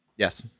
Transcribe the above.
Yes